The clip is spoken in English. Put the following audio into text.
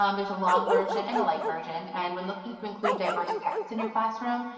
um there's long version and a light version. and we're looking to include diverse texts in your classroom.